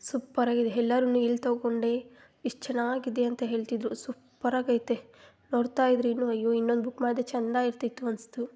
ಸೂಪರಾಗಿದೆ ಎಲ್ಲರು ನೀನು ಎಲ್ಲಿ ತೊಗೊಂಡೆ ಎಷ್ಟು ಚೆನ್ನಾಗಿದೆ ಅಂತ ಹೇಳ್ತಿದ್ರು ಸೂಪರಾಗೈತೆ ನೋಡ್ತಾ ಇದ್ರೆ ಇನ್ನು ಅಯ್ಯೊ ಇನ್ನೊಂದು ಬುಕ್ ಮಾಡಿದ್ರೆ ಚೆಂದಾಗಿರ್ತಿತ್ತು ಅನಿಸ್ತು